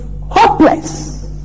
hopeless